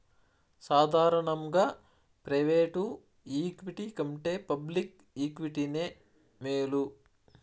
సాదారనంగా private equity కంటే public ఈక్విటీనే మేలు